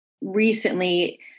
recently